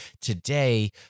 today